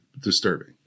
disturbing